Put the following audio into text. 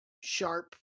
sharp